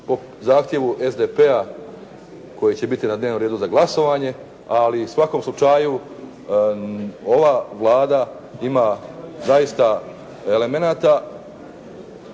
po zahtjevu SDP-a koji će biti na dnevnom redu za glasovanje, ali u svakom slučaju ova Vlada ima zaista elemenata